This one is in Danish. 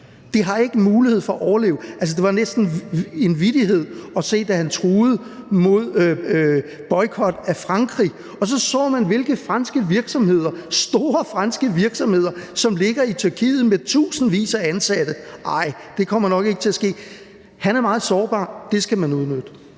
Det har ikke mulighed for at overleve. Altså, det var næsten som at høre en vittighed, da han truede med boykot af Frankrig og man så, hvilke franske virksomheder, store franske virksomheder, der ligger i Tyrkiet med tusindvis af ansatte. Så nej, det kommer nok ikke til at ske. Han er meget sårbar – det skal man udnytte.